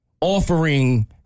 offering